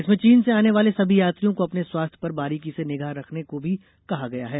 इसमें चीन से आने वाले सभी यात्रियों को अपने स्वास्थ्य पर बारीकी से निगाह रखने को भी कहा गया है